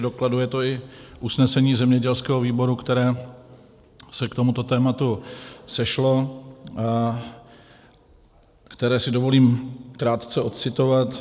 Dokladuje to i usnesení zemědělského výboru, které se k tomuto tématu sešlo, které si dovolím krátce ocitovat.